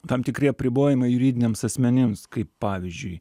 tam tikri apribojimai juridiniams asmenims kaip pavyzdžiui